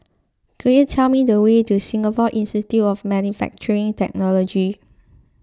could you tell me the way to Singapore Institute of Manufacturing Technology